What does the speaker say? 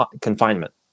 confinement